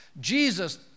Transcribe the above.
Jesus